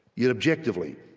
yet objectively,